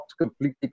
completely